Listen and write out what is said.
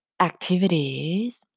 activities